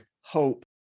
hope